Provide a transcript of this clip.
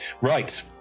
Right